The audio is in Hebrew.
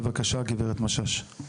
בבקשה, הגברת משש.